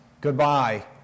goodbye